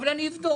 אבל אני אבדוק,